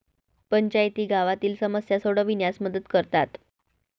पंचायती गावातील समस्या सोडविण्यास मदत करतात